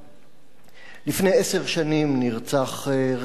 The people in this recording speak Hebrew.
לפני עשר שנים נרצח רחבעם זאבי,